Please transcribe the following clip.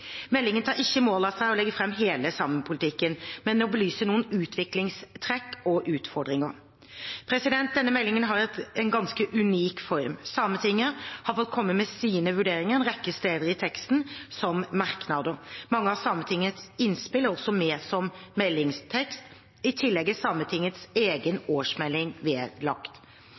Meldingen tar ikke mål av seg til å legge fram hele samepolitikken, men til å belyse noen utviklingstrekk og utfordringer. Denne meldingen har en ganske unik form. Sametinget har fått komme med sine vurderinger en rekke steder i teksten, som merknader. Mange av Sametingets innspill er også med som meldingstekst. I tillegg er Sametingets egen årsmelding vedlagt.